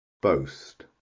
Boast